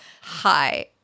Hi